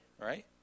right